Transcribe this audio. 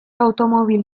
automobil